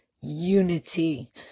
unity